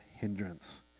hindrance